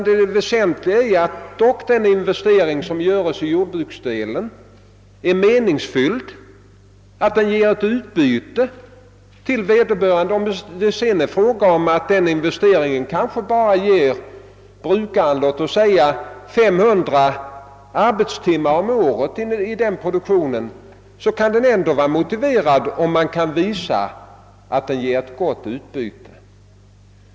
Det väsentliga är att den investering som göres i jordbruksdelen också är meningsfylld, att den ger ett utbyte till vederbörande. Om investeringen sedan bara ger jordbrukaren 500 arbetstimmar om året, kan den ändå vara motiverad, om man kan visa att den ger ett gott utbyte.